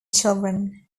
children